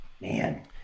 Man